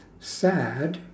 sad